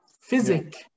physics